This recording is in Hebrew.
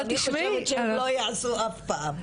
כי אני חושבת שהם לא יעשו אף פעם.